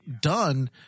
done